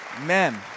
Amen